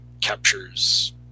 captures